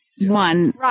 one